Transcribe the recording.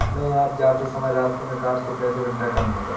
मैं आज जाते समय रास्ते में कार्ड से पैसे विड्रा कर लूंगा